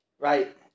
right